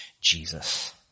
Jesus